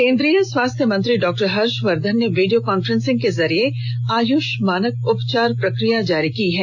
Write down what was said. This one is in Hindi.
केंद्रीय स्वास्थ्य मंत्री डॉक्टर हर्षवर्धन ने वीडियो कांफ्रेंस के जरिये आयुष मानक उपचार प्रक्रिया जारी की है